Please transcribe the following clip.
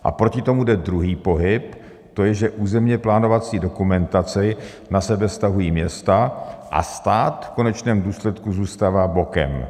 A proti tomu jde druhý pohyb, to je, že územněplánovací dokumentaci na sebe stahují města a stát v konečném důsledku zůstává bokem.